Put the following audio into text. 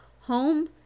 Home